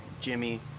Jimmy